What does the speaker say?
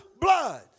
blood